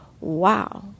wow